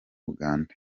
uganda